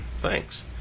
Thanks